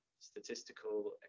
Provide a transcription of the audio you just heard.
statistical